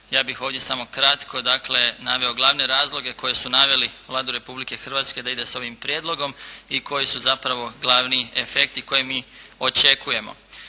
Ja bih ovdje samo kratko dakle, naveo glavne razloge koje su naveli Vladu Republike Hrvatske da ide s ovim prijedlogom i koji su zapravo glavni efekti koje mi očekujemo.